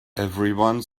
everyone